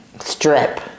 strip